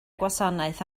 gwasanaeth